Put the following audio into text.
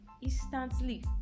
instantly